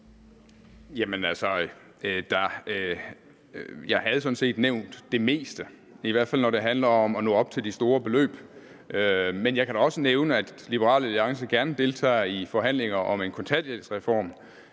set nævnt det meste, i hvert fald når det handler om at nå op på de store beløb. Men jeg kan også nævne, at Liberal Alliance gerne deltager i forhandlinger om en kontanthjælpsreform,